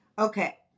Okay